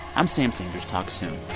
i'm sam sanders. talk soon